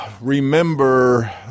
remember